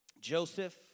Joseph